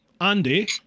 Andy